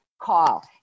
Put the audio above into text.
call